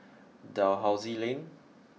Dalhousie Lane